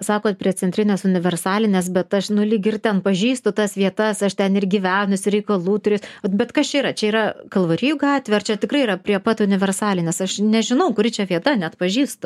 sakot prie centrinės universalinės bet aš nu lyg ir ten pažįstu tas vietas aš ten ir gyvenusi reikalų turėjus bet kas čia yra čia yra kalvarijų gatvė ar čia tikrai yra prie pat universalinės aš nežinau kuri čia vieta neatpažįstu